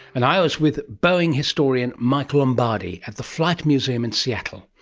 and i was with boeing historian mike lombardi at the flight museum in seattle.